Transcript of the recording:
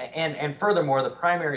and furthermore the primary